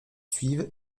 suivent